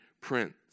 Prince